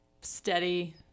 Steady